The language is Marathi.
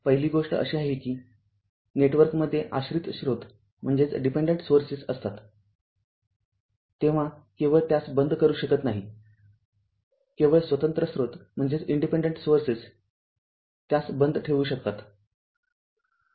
पहिली गोष्ट अशी आहे की नेटवर्कमध्ये आश्रित स्रोत असताततेव्हा केवळ त्यास बंद करू शकत नाहीकेवळ स्वतंत्र स्त्रोत त्यास बंद ठेवू शकतात